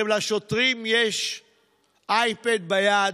הרי לשוטרים יש אייפד ביד,